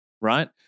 right